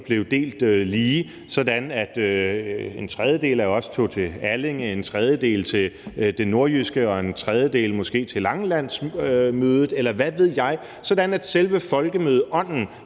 blev delt lige, sådan at en tredjedel af os tog til Allinge, en tredjedel til det nordjyske og en tredjedel måske til Langeland, eller hvad ved jeg, sådan at selve folkemødeånden